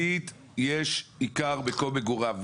משפטית יש עיקר מקום מגוריו.